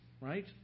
right